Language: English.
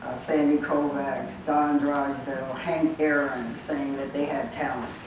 sandy koufax, don drysdale, hank aaron saying that they had talent.